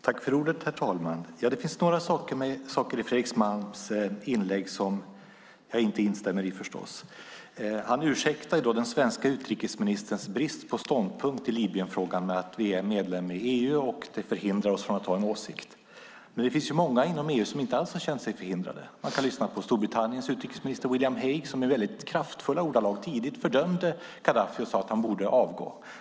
Herr talman! Det finns förstås några saker i Fredrik Malms inlägg jag inte instämmer i. Han ursäktar den svenska utrikesministerns brist på ståndpunkt i Libyenfrågan med att vi är medlem i EU och att det förhindrar oss från att ha en åsikt. Det finns dock många inom EU som inte alls har känt sig förhindrade. Man kan lyssna på Storbritanniens utrikesminister William Hague, som i väldigt kraftfulla ordalag tidigt fördömde Khadaffi och sade att denne borde avgå.